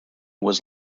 was